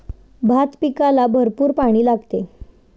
भात पिकाला भरपूर पाणी लागते